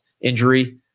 injury